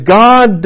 god